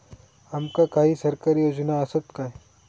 आमका काही सरकारी योजना आसत काय?